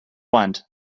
want